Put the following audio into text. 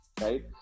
right